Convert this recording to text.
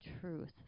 truth